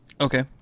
Okay